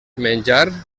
menjar